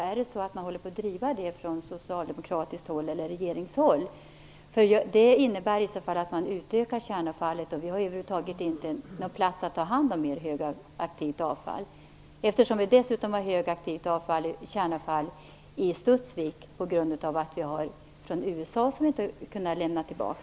Är det så att man håller på att driva den frågan från socialdemokratiskt håll eller från regeringshåll? Det innebär i så fall att kärnavfallet utökas, men vi har över huvud taget inte möjlighet att ta hand om mer högaktivt avfall. Vi har dessutom högaktivt kärnavfall i Studsvik på grund att vi har avfall från USA som vi ännu inte har kunnat lämna tillbaka.